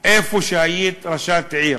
במקום שהיית ראשת עיר.